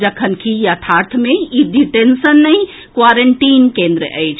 जखनकि यथार्थ मे ई डिटेंशन नहि क्वारेंटीन केन्द्र अछि